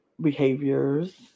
behaviors